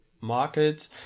market